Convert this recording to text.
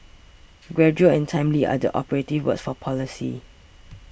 gradual and timely are the operative words for policy